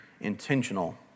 intentional